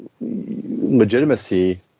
legitimacy